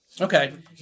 Okay